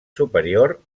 superior